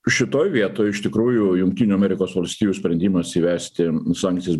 šitoj vietoj iš tikrųjų jungtinių amerikos valstijų sprendimas įvesti sankcijas